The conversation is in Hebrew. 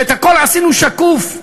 ואת הכול עשינו שקוף.